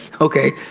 okay